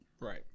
Right